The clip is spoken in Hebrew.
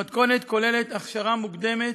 המתכונת כוללת הכשרה מוקדמת,